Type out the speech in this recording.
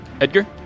Edgar